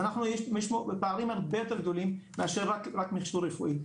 הפערים הרבה יותר גדולים מאשר רק מכשור רפואי,